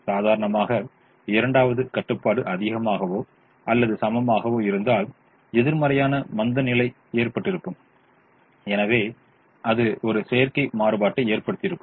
சாதாரணமாக இரண்டாவது கட்டுப்பாடு அதிகமாகவோ அல்லது சமமாகவோ இருந்தால் எதிர்மறையான மந்தநிலை ஏற்பட்டிருக்கும் எனவே அது ஒரு செயற்கை மாறுபாட்டை ஏற்படுத்தியிருக்கும்